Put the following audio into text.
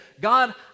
God